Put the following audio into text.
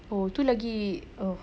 oh tu lagi ugh